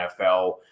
nfl